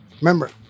Remember